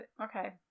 Okay